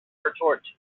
retort